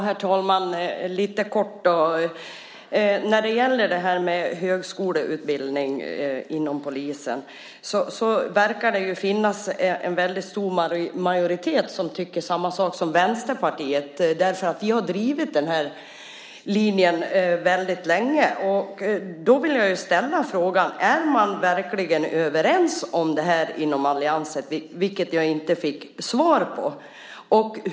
Herr talman! Det verkar finnas en väldigt stor majoritet som tycker samma sak som Vänsterpartiet när det gäller högskoleutbildning inom polisen. Vi har drivit den linjen väldigt länge. Då vill jag ställa frågan: Är man verkligen överens om detta inom alliansen? Det fick jag inte svar på.